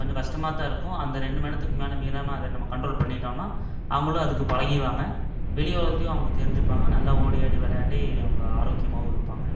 கொஞ்சம் கஷ்டமாகத்தான் இருக்கும் அந்த ரெண்டு மணி நேரத்துக்கு மேலே மீறாமல் அது நம்ம கண்ட்ரோல் பண்ணிகிட்டோனா அவங்களும் அதுக்கு பழகிடுவாங்க வெளி உலகத்தையும் அவங்க தெரிஞ்சிப்பாங்க நல்ல ஓடி ஆடி விளயாண்டு அவங்க ஆரோக்கியமாகவும் இருப்பாங்க